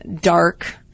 dark